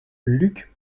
luc